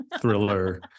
thriller